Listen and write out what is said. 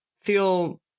feel